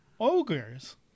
ogres